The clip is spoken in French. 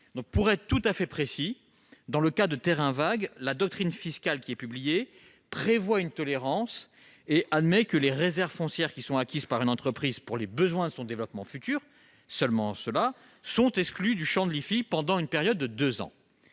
Pour être tout à fait précis, dans le cas de terrains vagues, la doctrine fiscale prévoit une tolérance et admet que les réserves foncières acquises par une entreprise pour les besoins de son développement futur- seulement ceux-là -sont exclues du champ de l'IFI pendant une période de deux ans.